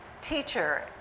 teacher